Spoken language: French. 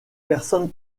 personnes